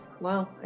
Wow